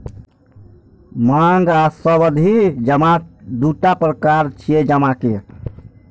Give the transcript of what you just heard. मांग आ सावधि जमा दूटा प्रकार छियै जमा के